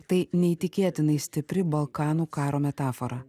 tai neįtikėtinai stipri balkanų karo metafora